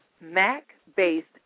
Mac-based